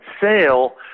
sale